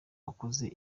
wakoze